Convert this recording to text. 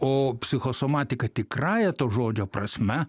o psichosomatika tikrąja to žodžio prasme